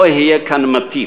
לא אהיה כאן מטיף,